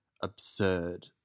absurd